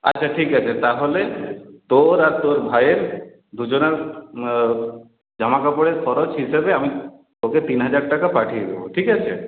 আচ্ছা ঠিক আছে তাহলে তোর আর তোর ভাইয়ের দুজনের জামাকাপড়ের খরচ হিসেবে আমি তোকে তিন হাজার টাকা পাঠিয়ে দেবো ঠিক আছে